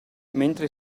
mentre